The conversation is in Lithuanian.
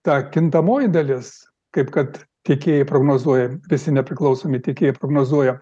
ta kintamoji dalis kaip kad tiekėjai prognozuoja visi nepriklausomi tiekėjai prognozuoja